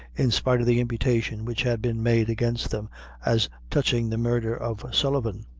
in spite of the imputation which had been made against them as touching the murder of sullivan.